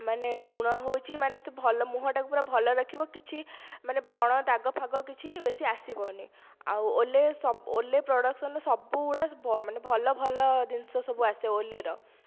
ମାନେ ଗୁଣ ହେଉଛି ମାନେ ସେ ଭଲ ମୁହଁଟାକୁ ପୁରା ଭଲ ରଖିବ କିଛି ମାନେ ବ୍ରଣ ଦାଗ ଫାଗ କିଛି ବେଶି ଆସିବନି ଆଉ ଓଲେ ଓଲେ ପ୍ରଡ଼କ୍ସନର ସବୁଗୁଡ଼ା ମାନେ ଭଲ ଭଲ ଜିନିଷସବୁ ଆସେ ଓଲେର